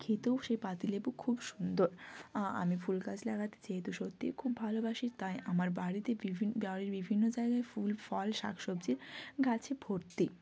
খেতেও সেই পাতিলেবু খুব সুন্দর আমি ফুলগাছ লাগাতে যেহেতু সত্যিই খুব ভালোবাসি তাই আমার বাড়িতে বিভিন্ন বাড়ির বিভিন্ন জায়গায় ফুল ফল শাক সবজি গাছে ভর্তি